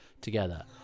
together